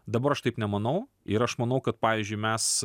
dabar aš taip nemanau ir aš manau kad pavyzdžiui mes